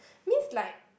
means like